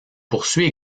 poursuit